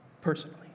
personally